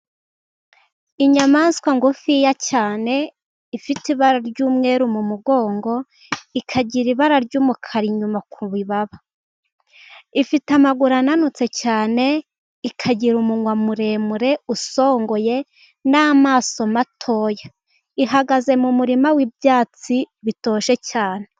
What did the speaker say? Inyamaswa ngufi cyane, ifite ibara ry'umweru mu mugongo, ikagira ibara ry'umukara inyuma ku bibaba, ifite amaguru ananutse cyane ikagira, umunwa muremure usongoye, n'amaso matoya. Ihagaze mu murima w'ibyatsi bitoshye cyane.